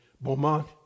Beaumont